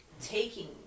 taking